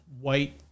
white